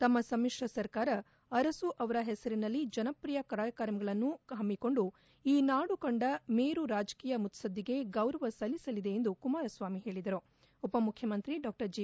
ತಮ್ನ ಸಮಿಶ್ರ ಸರ್ಕಾರ ಅರಸು ಅವರ ಹೆಸರಿನಲ್ಲಿ ಜನಪರ ಕಾರ್ಯಕ್ರಮಗಳನ್ನು ಹಮ್ನಿಕೊಂಡು ಈ ನಾಡು ಕಂಡ ಮೇರು ರಾಜಕೀಯ ಮುತ್ತದ್ದಿಗೆ ಗೌರವ ಸಲ್ಲಿಸಲಿದೆ ಎಂದು ಕುಮಾರಸ್ವಾಮಿ ಹೇಳಿದರು ಉಪಮುಖ್ಯಮಂತ್ರಿ ಡಾ ಜಿ